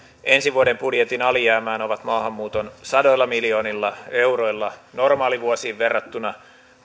ensi vuoden budjetin alijäämään ovat maahanmuuton sadoilla miljoonilla euroilla normaalivuosiin verrattuna